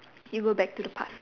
you go back to the past